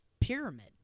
pyramid